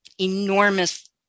enormous